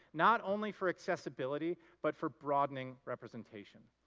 not only for accessibility but for broadening representation.